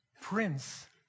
Prince